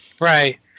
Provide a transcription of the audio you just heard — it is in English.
Right